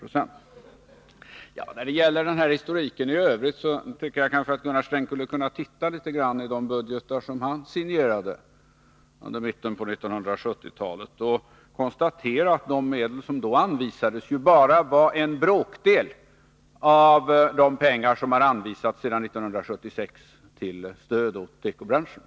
När det gäller den här historiken i övrigt tycker jag kanske att Gunnar Sträng skulle kunna titta litet i de budgetar som han signerade i mitten av 1970-talet och konstatera att de medel som då anvisades bara var en bråkdel av de pengar som har anvisats sedan 1976 till stöd åt tekobranschen.